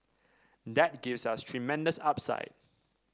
that gives us tremendous upside